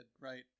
right